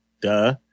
duh